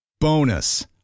Bonus